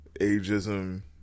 Ageism